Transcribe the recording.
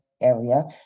area